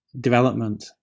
development